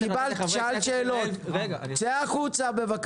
צא החוצה.